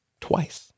twice